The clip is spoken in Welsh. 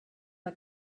mae